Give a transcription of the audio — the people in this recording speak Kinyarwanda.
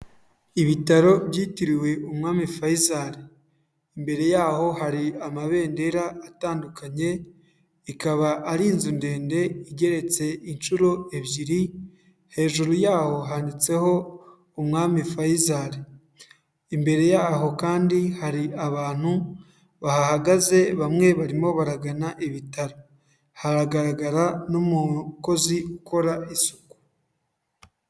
Ibitaro byitiriwe umwami fayisari, imbere yaho hari amabendera atandukanye, ikaba ari inzu ndende, igeretse inshuro ebyiri, hejuru yaho handitseho umwami fayisari, imbere yaho kandi hari abantu bahagaze, bamwe barimo baragana ibitaro, haragaragara n'umukozi ukora isuku.